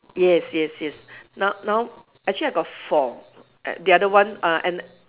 yes yes yes now now actually I've got four the other one uh an